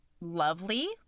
lovely